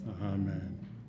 amen